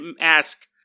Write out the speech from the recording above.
ask